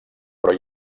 però